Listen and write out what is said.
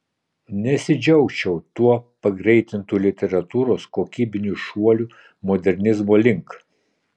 nesidžiaugčiau tuo pagreitintu literatūros kokybiniu šuoliu modernizmo link